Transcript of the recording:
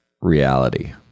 reality